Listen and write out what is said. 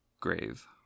grave